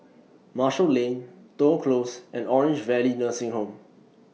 Marshall Lane Toh Close and Orange Valley Nursing Home